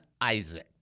Isaac